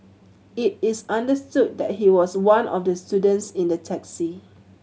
it is understood that he was one of the students in the taxi